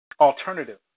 alternative